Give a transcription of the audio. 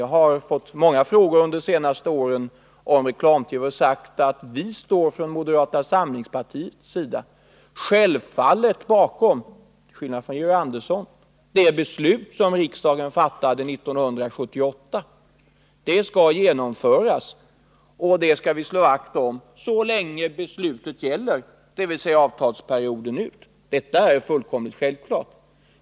Jag har fått många frågor under de senaste åren om reklam-TV, och jag har sagt att vi från moderata samlingspartiet — till skillnad från Georg Andersson — självfallet står bakom det beslut som riksdagen fattade 1978. Det skall genomföras, och det skall vi slå vakt om så länge beslutet gäller, dvs. avtalsperioden ut. Detta är fullkomligt självklart.